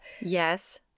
Yes